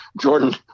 Jordan